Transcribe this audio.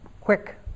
quick